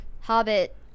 Hobbit